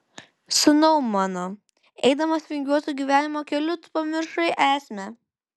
sūnau mano eidamas vingiuotu gyvenimo keliu tu pamiršai esmę